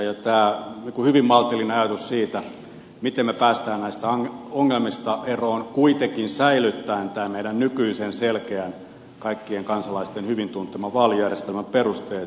tämä on hyvin maltillinen ajatus siitä miten me pääsemme näistä ongelmista eroon kuitenkin säilyttäen meidän nykyisen selkeän kaikkien kansalaisten hyvin tunteman vaalijärjestelmän perusteet